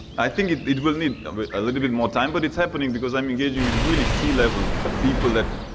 i think it will need a little bit more time, but it's happening because i'm engaging with really c level people that,